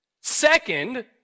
Second